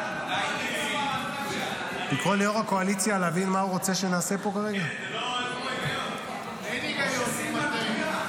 אבל בינתיים אני מאוד מרוצה מהמשרד הזה,